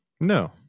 no